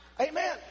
Amen